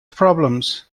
problems